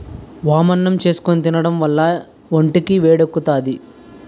వామన్నం చేసుకుని తినడం వల్ల ఒంటికి వేడెక్కుతాది